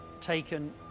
taken